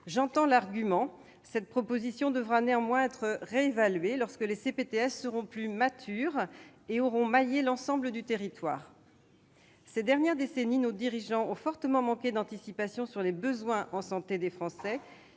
J'entends l'argument. Cette proposition devra néanmoins être réévaluée lorsque les CPTS seront plus matures et auront maillé l'ensemble du territoire. Ces dernières décennies, nos dirigeants ont fortement manqué d'anticipation sur les besoins en santé des Français.